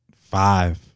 five